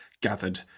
gathered